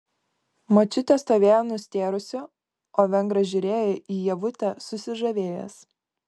močiutė stovėjo nustėrusi o vengras žiūrėjo į ievutę susižavėjęs